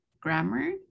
grammar